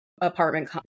apartment